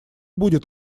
будет